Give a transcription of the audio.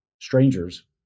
strangers